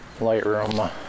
lightroom